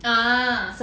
ah